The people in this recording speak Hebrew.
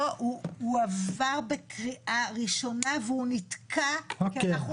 הוא עבר בקריאה ראשונה והוא נתקע כי אנחנו תקענו אותו.